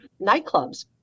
nightclubs